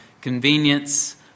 convenience